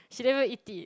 she never eat it